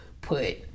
put